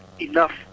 enough